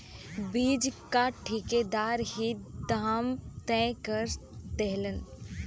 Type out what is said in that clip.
बीच क ठेकेदार ही दाम तय कर देवलन